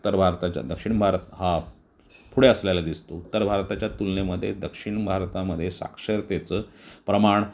उत्तर भारताच्या दक्षिण भारत हा पुढे असलेला दिसतो उत्तर भारताच्या तुलनेमध्ये दक्षिण भारतामध्ये साक्षरतेचं प्रमाण